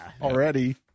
already